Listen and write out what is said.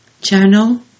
channel